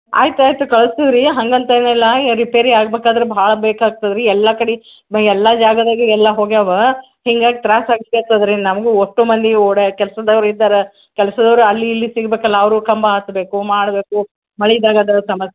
ಆಯ್ತು ಆಯಿತು ಕಳ್ಸ್ತೀವಿ ರೀ ಹಂಗಂತ ಏನಿಲ್ಲ ರಿಪೇರಿ ಆಗ್ಬೇಕಾದ್ರೆ ಭಾಳ ಬೇಕಾಗ್ತದೆ ರೀ ಎಲ್ಲ ಕಡೆ ಬ ಎಲ್ಲ ಜಾಗದಾಗೆ ಎಲ್ಲ ಹೋಗ್ಯಾವೆ ಹಿಂಗಾಗಿ ತ್ರಾಸ ಆಗ್ಲಿಕತ್ತದೆ ರೀ ನಮಗೂ ಒಟ್ಟು ಮಂದಿ ಓಡಾ ಕೆಲ್ಸದವ್ರು ಇದ್ದಾರೆ ಕೆಲ್ಸದವ್ರು ಅಲ್ಲಿ ಇಲ್ಲಿ ಸಿಗಬೇಕಲ್ಲ ಅವರು ಕಂಬ ಹತ್ಬೇಕು ಮಾಡಬೇಕು ಮಳೆಗಾಲದ ಸಮಸ್ಯೆ